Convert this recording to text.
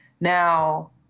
Now